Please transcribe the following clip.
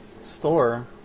store